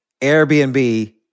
Airbnb